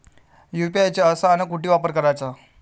UPI चा कसा अन कुटी वापर कराचा?